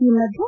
ಈ ಮಧ್ಯೆ